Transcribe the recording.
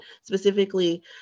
specifically